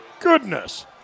goodness